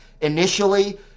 initially